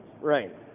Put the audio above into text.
Right